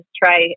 try